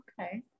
Okay